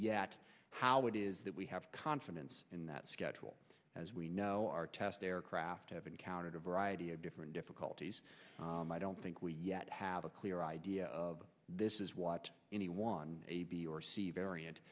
yet how it is that we have confidence in that schedule as we know our test aircraft have encountered a variety of different difficulties i don't think we yet have a clear idea of this is what any one a b or c variant